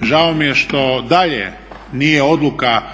žao mi je što dalje nije odluka